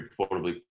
affordably